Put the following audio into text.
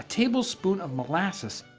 tablespoon of molasses,